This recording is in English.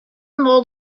mould